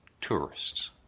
Tourists